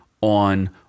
on